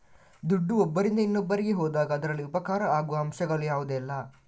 ದುಡ್ಡು ಒಬ್ಬರಿಂದ ಇನ್ನೊಬ್ಬರಿಗೆ ಹೋದಾಗ ಅದರಲ್ಲಿ ಉಪಕಾರ ಆಗುವ ಅಂಶಗಳು ಯಾವುದೆಲ್ಲ?